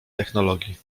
technologii